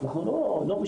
אנחנו לא משקרים,